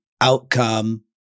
outcome